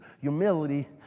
humility